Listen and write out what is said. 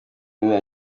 ine